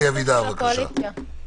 אלי אבידר, בבקשה.